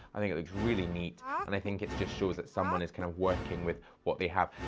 i think it looks really neat, and i think it just shows that someone is kind of working with what they have.